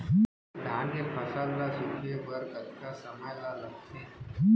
धान के फसल ल सूखे बर कतका समय ल लगथे?